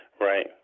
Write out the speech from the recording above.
right